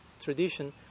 tradition